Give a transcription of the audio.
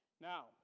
Now